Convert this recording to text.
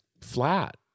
flat